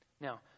Now